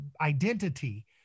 identity